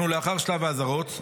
אנחנו לאחר שלב האזהרות.